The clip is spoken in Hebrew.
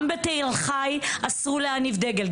גם בתל חי אסרו להניף דגל,